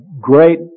great